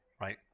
right